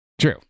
True